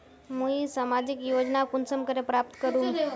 मुई सामाजिक योजना कुंसम करे प्राप्त करूम?